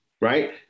right